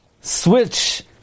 switch